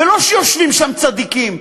ולא שיושבים שם צדיקים,